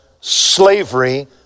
slavery